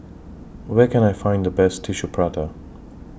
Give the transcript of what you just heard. Where Can I Find The Best Tissue Prata